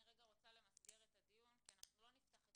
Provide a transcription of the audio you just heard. אני רגע רוצה למסגר את הדיון כי אנחנו לא נפתח את